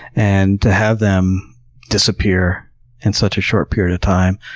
and to have them disappear in such a short period of time,